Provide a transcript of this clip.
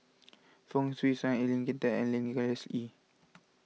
Fong Swee Suan and Lee Kin Tat and Nicholas Ee